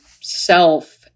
self